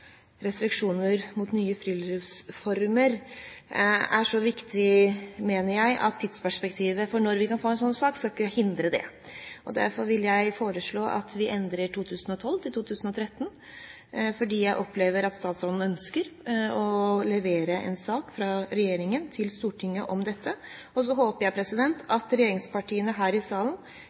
restriksjoner mot nye friluftsformer er så viktig, mener jeg, at tidsperspektivet for når vi kan få en slik sak, ikke skal hindre det. Derfor vil jeg foreslå at vi endrer årstallet i forslag nr. 2 fra «2012» til «2013», fordi jeg opplever at statsråden ønsker å levere en sak fra regjeringen til Stortinget om dette. Jeg håper at regjeringspartiene her i salen